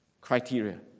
criteria